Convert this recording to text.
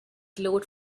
glowed